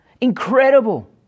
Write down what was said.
incredible